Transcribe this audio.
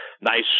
nice